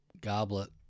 Goblet